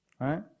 right